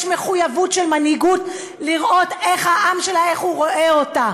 יש מחויבות של מנהיגות לראות איך העם שלה רואה אותה.